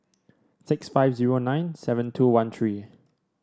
six five zero nine seven two one three